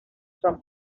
from